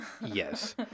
Yes